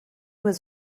was